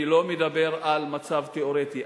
אני לא מדבר על מצב תיאורטי.